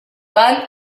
van